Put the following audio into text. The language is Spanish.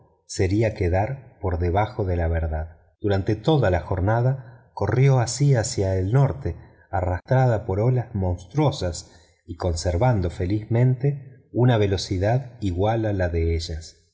sería quedar por debajo de la verdad durante toda la jornada corrió así hacia el norte arrastrada por olas monstruosas y conservando felizmente una velocidad igual a la de ellas